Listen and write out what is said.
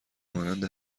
مانند